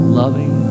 loving